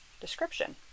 description